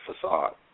facade